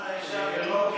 למה למעמד האישה ולא לחינוך?